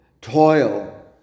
Toil